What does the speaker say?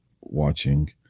watching